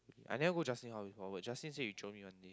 I never go Justin house before Justin say you jio me one day